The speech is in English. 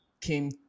came